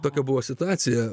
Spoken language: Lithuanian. tokia buvo situacija